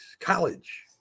college